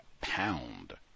pound